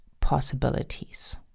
possibilities